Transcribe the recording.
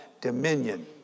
dominion